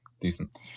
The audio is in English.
Decent